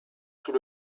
sous